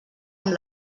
amb